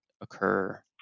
occur